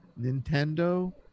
Nintendo